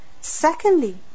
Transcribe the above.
Secondly